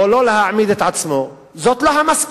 או לא להעמיד את עצמו, זאת לא המסקנה,